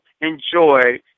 enjoy